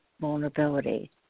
vulnerability